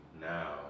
now